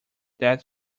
that